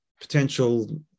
potential